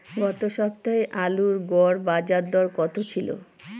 গত সপ্তাহে আলুর গড় বাজারদর কত ছিল?